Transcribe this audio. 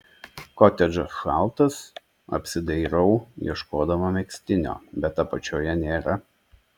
kotedžas šaltas apsidairau ieškodama megztinio bet apačioje nėra